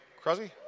Crosby